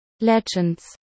Legends